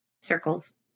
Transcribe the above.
circles